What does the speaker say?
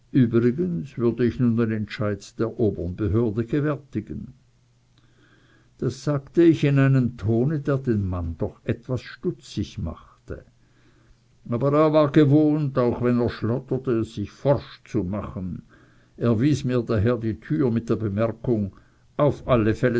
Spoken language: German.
übrigens würde ich nun den entscheid der obern behörde gewärtigen das sagte ich in einem tone der den mann doch etwas stutzig machte aber er war gewohnt auch wenn er schlotterte sich forsch zu machen er wies mir daher die türe mit der bemerkung auf alle fälle